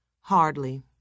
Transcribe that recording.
Hardly